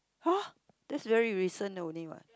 !huh! that's very recent only what